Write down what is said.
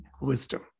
wisdom